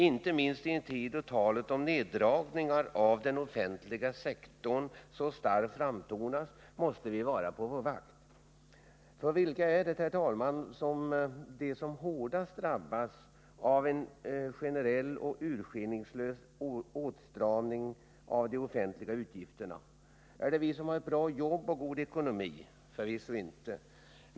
Inte minst i en tid då talet om en neddragning av den offentliga sektorn så starkt framtonas måste vi vara på vår vakt. För vilka är det, herr talman, som hårdast drabbas av en generell och urskillningslös åtstramning av de offentliga utgifterna? Är det vi som i dag har ett bra jobb och god ekonomi? Förvisso inte.